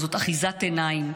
זאת אחיזת עיניים.